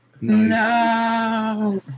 No